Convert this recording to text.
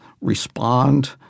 respond